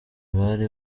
bari